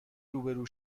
روبرو